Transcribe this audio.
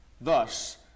Thus